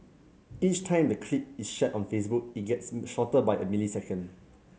each time the clip is shared on Facebook it gets shorter by a millisecond